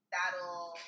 That'll